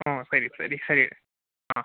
ಹ್ಞೂ ಸರಿ ಸರಿ ಸರಿ ಹಾಂ